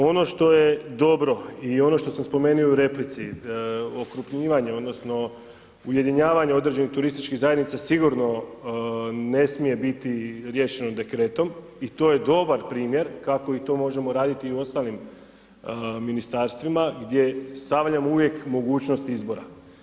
Ono što je dobro i ono što ste spomenuli u replici, okrupnjivanje, odnosno, ujedinjavanje određenih turističkih zajednica, sigurno ne smije biti riješeno dekretom i to je dobar primjer kako i to možemo raditi u ostalim ministarstvima gdje stavljamo uvijek mogućnost izbora.